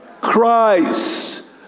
Christ